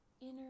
inner